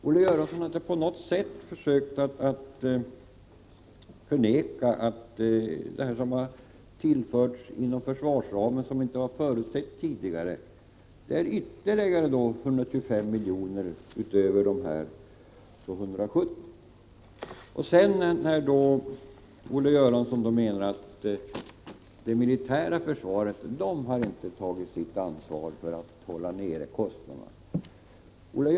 Olle Göransson har inte på något sätt försökt att förneka att de medel som tillförts inom försvarsramen och som man inte hade förutsett, innebär ytterligare 125 miljoner utöver de 270 miljonerna. Olle Göransson menar att det militära försvaret inte har tagit sitt ansvar för att hålla nere kostnaderna.